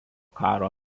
karo